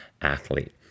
athlete